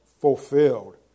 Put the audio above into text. fulfilled